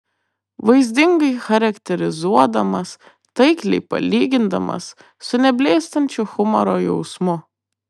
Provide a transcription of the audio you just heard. vaizdingai charakterizuodamas taikliai palygindamas su neblėstančiu humoro jausmu